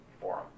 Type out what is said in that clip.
forum